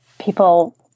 people